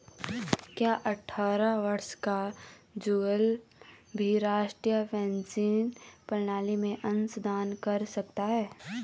क्या अट्ठारह वर्ष का जुगल भी राष्ट्रीय पेंशन प्रणाली में अंशदान कर सकता है?